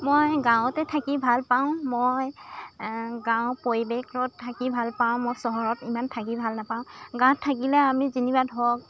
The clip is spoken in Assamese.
মই গাঁৱতে থাকি ভাল পাওঁ মই গাঁও পৰিৱেশত থাকি ভাল পাওঁ মই চহৰত ইমান থাকি ভাল নাপাওঁ গাঁৱত থাকিলে আমি যেনিবা ধৰক